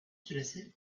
süresi